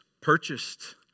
purchased